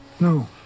No